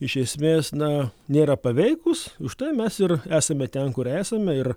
iš esmės na nėra paveikūs už tai mes ir esame ten kur esame ir